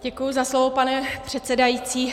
Děkuji za slovo, pane předsedající.